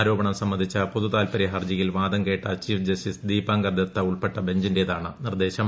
ആരോപണം സംബന്ധിച്ച പൊതു താൽപ്പരൃ ഹർജിയിൽ വാദം കേട്ട ചീഫ് ജസ്റ്റിസ് ദീപാങ്കർ ദത്ത ഉൾപ്പെട്ട ബഞ്ചിന്റേതാണ് നിർദ്ദേശം